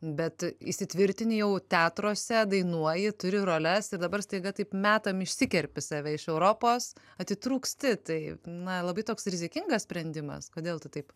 bet įsitvirtini jau teatruose dainuoji turi roles ir dabar staiga taip metam išsikerpi save iš europos atitrūksti taip na labai toks rizikingas sprendimas kodėl tu taip